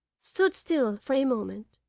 stood still for a moment,